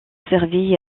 servi